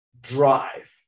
drive